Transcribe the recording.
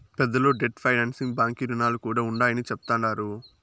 పెద్దలు debt financing బాంకీ రుణాలు కూడా ఉండాయని చెప్తండారు